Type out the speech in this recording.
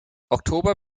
oktober